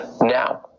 Now